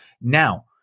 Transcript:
Now